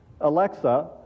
Alexa